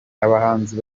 abahanzi